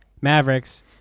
Mavericks-